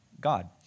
God